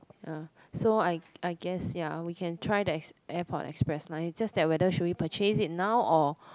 ya so I I guess ya we can try the airport express line just that should we purchase it now or